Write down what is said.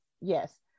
yes